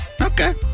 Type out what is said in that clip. Okay